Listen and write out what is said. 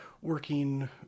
working